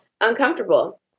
uncomfortable